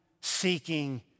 seeking